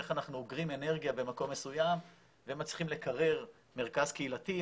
איך אנחנו אוגרים אנרגיה במקום מסוים ומצליחים לקרר מרכז קהילתי,